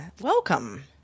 Welcome